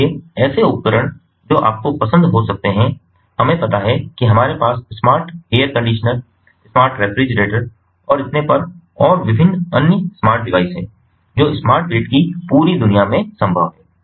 इसलिए ऐसे उपकरण जो आपको पसंद हो सकते हैं हमें पता है कि हमारे पास smart air conditioner smart refrigerator और इतने पर और विभिन्न अन्य स्मार्ट डिवाइस हैं जो स्मार्ट ग्रिड की पूरी दुनिया में संभव है